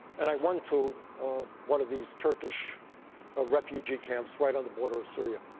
and i went to one of these turkish ah refugee camps right on the border of syria.